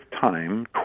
time